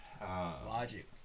logic